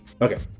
okay